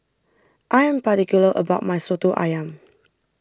I am particular about my Soto Ayam